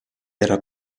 era